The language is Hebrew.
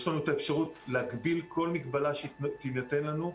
יש לנו את האפשרות להגביל כל מגבלה שתינתן לנו.